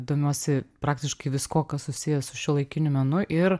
domiuosi praktiškai viskuo kas susiję su šiuolaikiniu menu ir